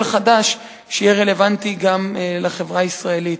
חדש שיהיה רלוונטי גם לחברה הישראלית.